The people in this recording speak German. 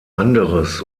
anderes